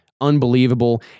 Unbelievable